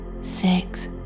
six